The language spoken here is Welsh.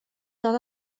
ddod